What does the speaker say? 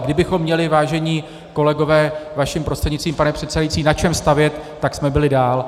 Kdybychom měli, vážení kolegové, vaším prostřednictvím pane předsedající, na čem stavět, tak jsme byli dál.